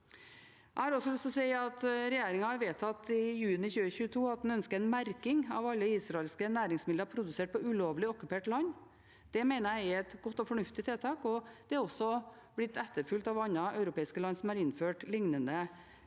Jeg har også lyst til å si at regjeringen har vedtatt, i juni 2022, at en ønsker en merking av alle israelske næringsmidler produsert på ulovlig okkupert land. Det mener jeg er et godt og fornuftig tiltak, og det er blitt etterfulgt av andre europeiske land som har innført lignende merking.